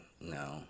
no